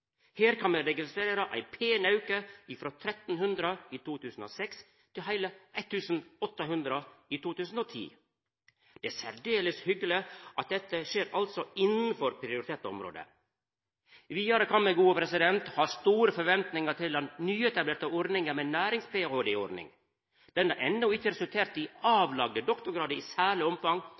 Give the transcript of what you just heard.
Her kan me registrera ein pen auke, frå 1 300 i 2006 til heile 1 800 i 2010. Det særdeles hyggelege er at dette skjer innanfor prioriterte område. Vidare kan me ha store forventingar til den nyetablerte ordninga med nærings-ph.d-ar. Ho har enno ikkje resultert i avlagde doktorgradar i særleg